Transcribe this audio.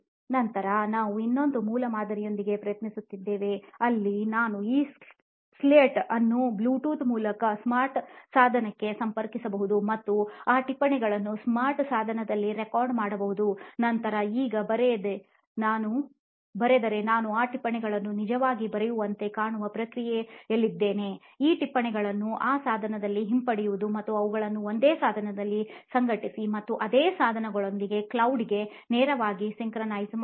ನಂತರ ನಾವು ಇನ್ನೊಂದು ಮೂಲಮಾದರಿಯೊಂದಿಗೆ ಪ್ರಯತ್ನಿಸಿದ್ದೇವೆ ಅಲ್ಲಿ ನಾವು ಈ ಸ್ಲೇಟ್ ಅನ್ನು ಬ್ಲೂಟೂತ್ ಮೂಲಕ ಸ್ಮಾರ್ಟ್ ಸಾಧನಕ್ಕೆ ಸಂಪರ್ಕಿಸಬಹುದು ಮತ್ತು ಆ ಟಿಪ್ಪಣಿಗಳನ್ನು ಸ್ಮಾರ್ಟ್ ಸಾಧನದಲ್ಲಿ ರೆಕಾರ್ಡ್ ಮಾಡಬಹುದು ನಂತರ ಈಗ ಬರೆದರೆ ನಾವು ಈ ಟಿಪ್ಪಣಿಗಳನ್ನು ನಿಜವಾಗಿ ಬರೆಯುವಂತೆ ಕಾಣುವ ಪ್ರಕ್ರಿಯೆಯಲ್ಲಿದ್ದೇವೆ ಈ ಟಿಪ್ಪಣಿಗಳನ್ನು ಆ ಸಾಧನದಲ್ಲಿ ಹಿಂಪಡೆಯುವುದು ಮತ್ತು ಅವುಗಳನ್ನು ಒಂದೇ ಸಾಧನದಲ್ಲಿ ಸಂಘಟಿಸಿ ಮತ್ತು ಅದೇ ಸಾಧನಗೊಳಗಿಂದ ಕ್ಲೌಡ್ಕ್ಕೆ ನೇರವಾಗಿ ಸಿಂಕ್ರೊನೈಸ್ ಮಾಡಬಹುದು